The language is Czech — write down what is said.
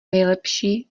nejlepší